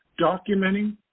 documenting